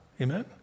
Amen